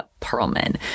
Perlman